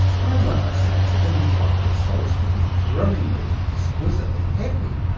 i want sensitive and delicate souls to be thrillingly and ex quisitely happy.